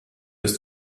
ist